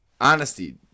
Honesty